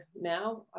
now